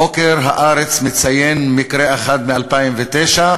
הבוקר "הארץ" מציין מקרה אחד מ-2009,